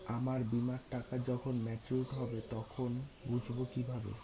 আমার বীমার টাকা যখন মেচিওড হবে তখন বুঝবো কিভাবে?